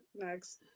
next